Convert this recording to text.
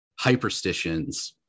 hyperstitions